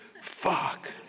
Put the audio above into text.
Fuck